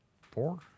four